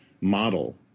model